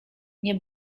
nie